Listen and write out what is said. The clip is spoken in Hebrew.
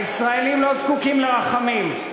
הישראלים לא זקוקים לרחמים,